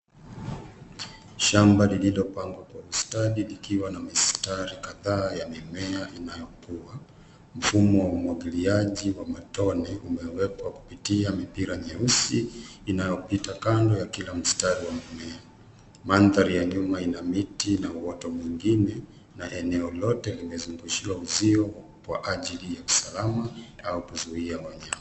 Shamba lililopangwa kwa ustadi likiwa na mistari kadhaa ya mimea inayokua. Mfumo wa umwagiliaji wa matone umewekwa kupitia mipira meusi inayopita kando ya kila mstari wa mimea. Mandhari ya nyuma ina miti na moto mengine na eneo lote limezungushiwa uzio kwa ajili ya usalama au kuzuia wanyama